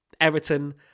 Everton